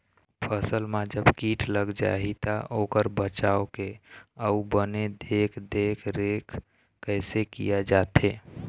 फसल मा जब कीट लग जाही ता ओकर बचाव के अउ बने देख देख रेख कैसे किया जाथे?